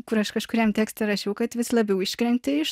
kur aš kažkuriam tekste rašiau kad vis labiau iškrenti iš